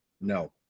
No